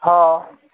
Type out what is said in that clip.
हा